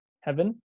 heaven